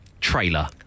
Trailer